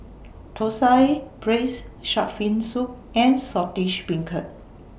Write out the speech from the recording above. Thosai Braised Shark Fin Soup and Saltish Beancurd